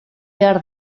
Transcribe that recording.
behar